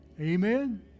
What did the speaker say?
Amen